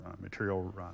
material